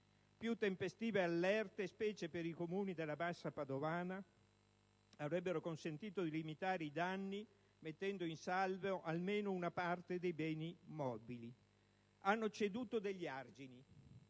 Più tempestive allerte, specie nei comuni della bassa padovana, avrebbero consentito di limitare i danni, mettendo in salvo almeno una parte dei beni mobili. Hanno ceduto degli argini: